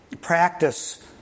practice